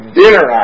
dinner